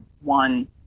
one